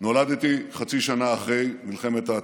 נולדתי חצי שנה אחרי מלחמת העצמאות.